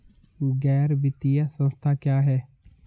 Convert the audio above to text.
गैर वित्तीय संस्था क्या है?